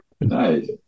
Nice